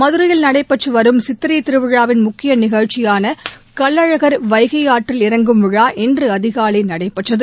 மதுரையில் நடைபெற்று வரும் சித்திரை திருவிழாவின் முக்கிய நிகழ்ச்சியான கள்ளழகர் வைகை ஆற்றில் இறங்கும் விழா இன்று அதிகாலை நடைபெற்றது